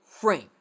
Frame